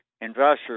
investors